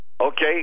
Okay